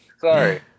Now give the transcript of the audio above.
Sorry